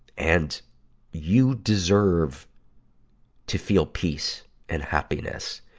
and you deserve to feel peace and happiness.